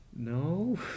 no